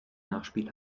nachspiel